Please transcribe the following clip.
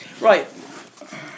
right